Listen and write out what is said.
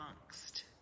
amongst